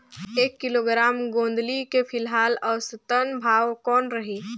एक किलोग्राम गोंदली के फिलहाल औसतन भाव कौन रही?